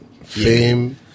fame